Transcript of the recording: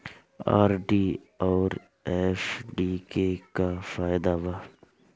RD आउर FD के का फायदा बा?